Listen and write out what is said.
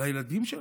על הילדים שלך?